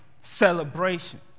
celebration